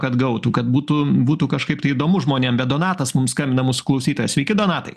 kad gautų kad būtų būtų kažkaip tai įdomu žmonėm bet donatas mums skambina mūsų klausytojas sveiki donatai